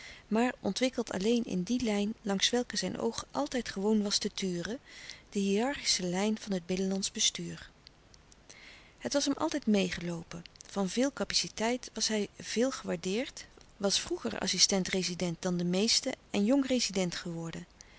maar ontwikkeld alleen in die lijn langs welke zijn oog altijd gewoon was te turen de hiërarchische lijn van het binnenlandsch bestuur het was hem altijd meê geloopen van veel capaciteit was hij veel gewaardeerd was vroeger assistent-rezident dan de meeste en jong rezident geworden